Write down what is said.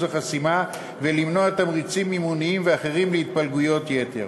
החסימה ולמנוע תמריצים מימוניים ואחרים להתפלגויות יתר.